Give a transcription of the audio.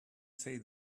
say